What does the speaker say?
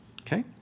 Okay